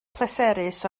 pleserus